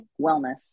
wellness